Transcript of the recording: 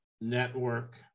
Network